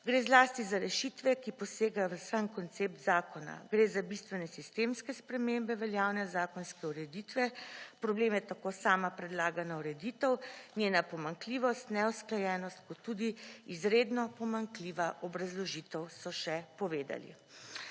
Gre zlasti za rešitve, ki posegajo v sam koncept zakona. Gre za bistvene sistemske spremembe veljavne zakonske ureditve, problem je tako sama predlagana ureditev, njena pomanjkljivost, neusklajenost kot tudi izredno pomanjkljiva obrazložitev so še povedali.